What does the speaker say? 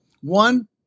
One